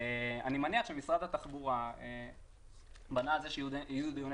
אני מניח שמשרד התחבורה בנה על זה שיהיו דיוני